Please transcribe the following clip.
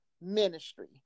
ministry